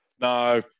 No